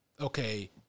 okay